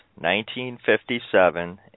1957